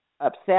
upset